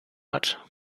hat